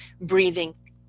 breathing